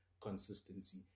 consistency